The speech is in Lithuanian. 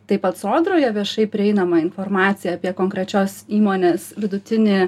taip pat sodroje viešai prieinamą informaciją apie konkrečios įmonės vidutinį